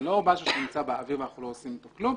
זה לא משהו שנמצא באוויר ואנחנו לא עושים איתו כלום.